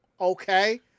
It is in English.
okay